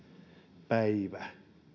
lisäpäivä